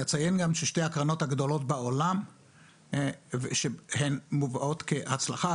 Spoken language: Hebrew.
אציין גם ששתי הקרנות הגדולות בעולם מובאות כהצלחה,